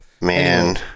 man